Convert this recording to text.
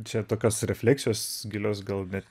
čia tokios refleksijos gilios gal net